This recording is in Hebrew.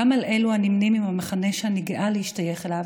גם על אלו הנמנים עם המחנה שאני גאה להשתייך אליו